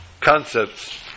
concepts